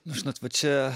nu žinot va čia